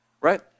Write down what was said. right